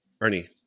Ernie